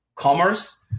commerce